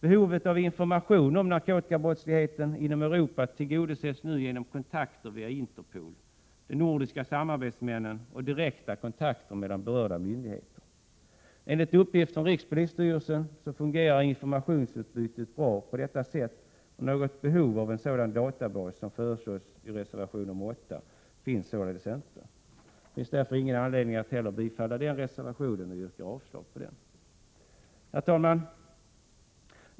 Behovet av information om narkotikabrottsligheten inom Europa tillgodoses nu genom kontakter via Interpol, de nordiska sambandsmännen och direkta kontakter mellan berörda myndigheter. Enligt uppgift från rikspolisstyrelsen fungerar informationsutbytet bra på detta sätt, och något behov av en sådan databas som föreslås i reservation nr 8 finns således inte. Det finns därför inte heller någon anledning att bifalla denna reservation. Jag yrkar avslag på den. Herr talman!